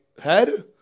Head